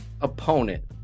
opponent